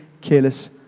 careless